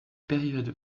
période